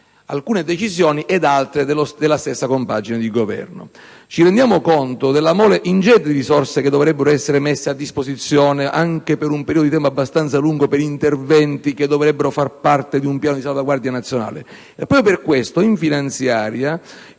alcune decisioni della stessa compagine di Governo. Ci rendiamo conto della mole ingente di risorse che dovrebbero essere messe a disposizione, anche per un periodo di tempo abbastanza lungo, per interventi che dovrebbero rientrare in un piano di salvaguardia nazionale.